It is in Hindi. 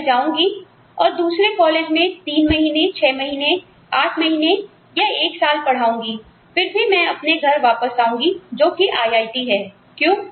मैं जाऊंगी और दूसरे कॉलेज में 3 महीने 6 महीने 8 महीने या एक साल पढ़ाऊंगी फिर भी मैं अपने घर वापस आऊंगी जो कि IIT है क्यों